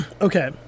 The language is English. Okay